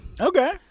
Okay